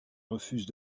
refuse